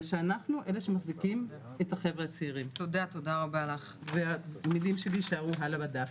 שאנחנו אלה שמחזיקים את החברה הצעירים והמילים שלי יישארו הלאה בדף.